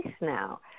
now